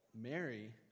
Mary